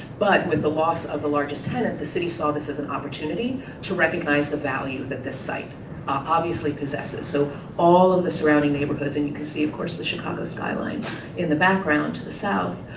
but, with the loss of the largest tenant, the city saw this as an opportunity to recognize the value that this site obviously possesses. so all of the surrounding neighborhoods and you can see, of course, the chicago skyline in the background to the south,